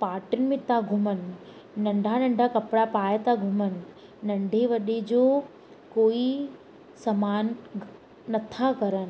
पार्टियुनि में ता घुमनि नंढा नंढा कपिड़ा पाए था घुमनि नंढे वॾे जो कोई समान नथा कनि